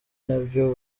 nabyo